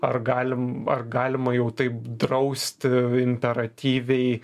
ar galim ar galima jau taip drausti imperatyviai